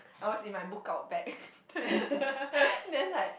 I was in my book-out bag then then like